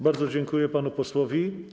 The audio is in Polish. Bardzo dziękuję panu posłowi.